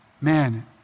Man